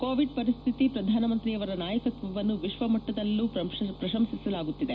ಕೋವಿಡ್ನ ಪರಿಸ್ಥಿತಿ ಪ್ರಧಾನಮಂತ್ರಿಯವರ ನಾಯಕತ್ವವನ್ನು ವಿಶ್ವಮಟ್ಟದಲ್ಲೂ ಪ್ರಶಂಸಿಸಲಾಗುತ್ತಿದೆ